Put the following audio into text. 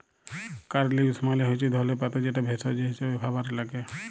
কারী leaves মালে হচ্যে ধলে পাতা যেটা ভেষজ হিসেবে খাবারে লাগ্যে